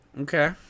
Okay